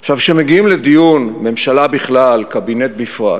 עכשיו, כשמגיעים לדיון ממשלה בכלל, קבינט בפרט,